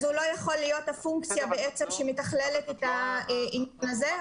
אז הוא לא יכול להיות הפונקציה שמתכללת את העניין הזה.